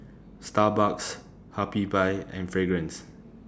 Starbucks Habibie and Fragrance